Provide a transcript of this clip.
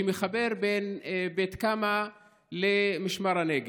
שמחבר בין בית קמה למשמר הנגב.